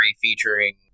featuring